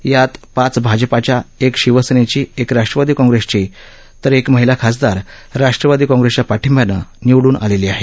यात पाच भाजपाच्या एक शिवसेनेची एक राष्ट्रवादी काँग्रेसची तर एक महिला खासदार राष्ट्रवादी काँग्रेसच्या पाठिब्यानं निवडून आलेली आहे